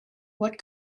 what